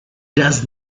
does